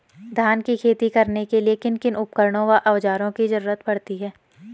धान की खेती करने के लिए किन किन उपकरणों व औज़ारों की जरूरत पड़ती है?